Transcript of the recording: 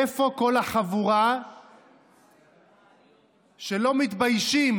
איפה כל החבורה שלא מתביישים